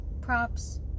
props